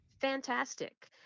fantastic